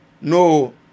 No